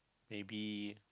maybe